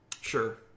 Sure